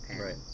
right